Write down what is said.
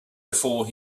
before